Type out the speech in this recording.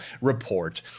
report